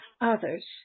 others